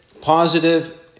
positive